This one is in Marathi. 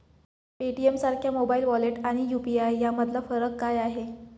पेटीएमसारख्या मोबाइल वॉलेट आणि यु.पी.आय यामधला फरक काय आहे?